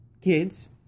Kids